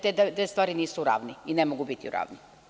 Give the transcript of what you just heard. Te dve stvari nisu u ravni i ne mogu biti u ravni.